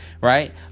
Right